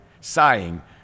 sighing